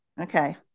Okay